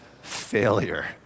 failure